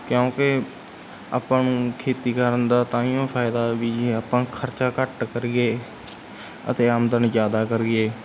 ਕਿਉਂਕਿ ਆਪਾਂ ਨੂੰ ਖੇਤੀ ਕਰਨ ਦਾ ਤਾਂਹੀਓਂ ਫ਼ਾਇਦਾ ਵੀ ਆਪਾਂ ਖਰਚਾ ਘੱਟ ਕਰੀਏ ਅਤੇ ਆਮਦਨ ਜ਼ਿਆਦਾ ਕਰੀਏ